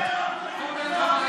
אתה לא הגון.